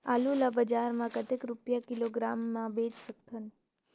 आलू ला बजार मां कतेक रुपिया किलोग्राम म बेच सकथन?